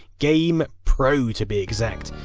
game pro to be exact,